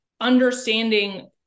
understanding